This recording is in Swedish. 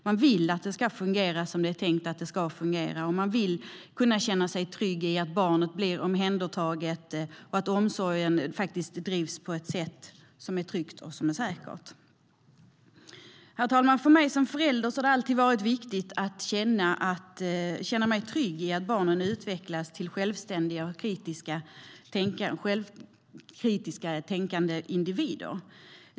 Man vill att den fungerar som det är tänkt att den ska fungera. Man vill kunna känna sig trygg i att barnet blir omhändertaget och att omsorgen drivs på ett tryggt och säkert sätt. Herr talman! För mig som förälder har det alltid varit viktigt att känna mig trygg i att barnen utvecklas till självständiga och kritiskt tänkande individer.